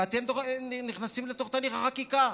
ואתם נכנסים לתוך תהליך החקיקה.